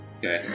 Okay